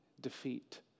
defeat